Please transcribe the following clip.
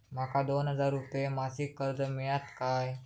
माका दोन हजार रुपये मासिक कर्ज मिळात काय?